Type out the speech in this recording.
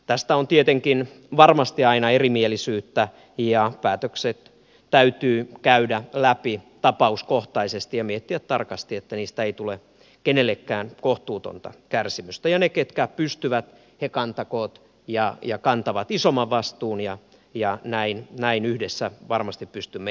tästä on tietenkin varmasti aina erimielisyyttä ja päätökset täytyy käydä läpi tapauskohtaisesti ja miettiä tarkasti että niistä ei tule kenellekään kohtuutonta kärsimystä ja ne jotka pystyvät kantavat isomman vastuun ja näin yhdessä varmasti pystymme etenemään